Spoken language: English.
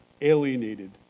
Alienated